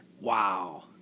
wow